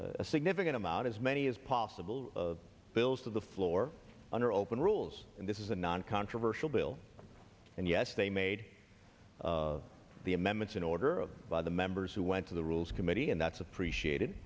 of a significant amount as many as possible bills to the floor under open rules and this is a non controversial bill and yes they made the amendments in order of by the members who went to the rules committee and that's appreciated